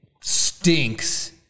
stinks